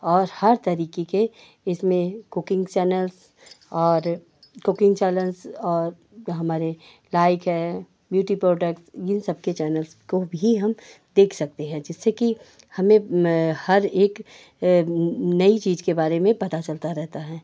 और हर तरीके के इसमें कुकिन्ग चैनल्स और कुकिन्ग चैनल्स और हमारे लायक हैं ब्यूटी प्रोडक्ट्स इन सबके चैनल्स को भी हम देख सकते हैं जिससे कि हमें हर एक नई चीज़ के बारे में पता चलता रहता है